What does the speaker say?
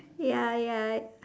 ya ya I